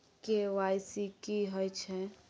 KYC की हय छै?